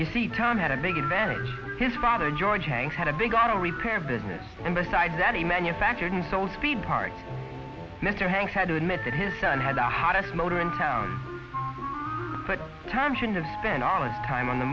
you see tom had a big advantage his father george hanks had a big auto repair business and besides that a manufactured and sold three part mr hanks had to admit that his son had the hottest motor in town but times in the spent all his time on the